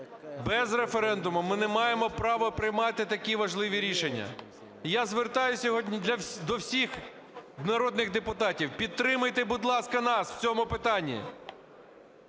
без референдуму ми не маємо права приймати такі важливі рішення. І я звертаюсь сьогодні до всіх народних депутатів: підтримайте, будь ласка, нас в цьому питання.